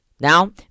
Now